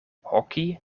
hockey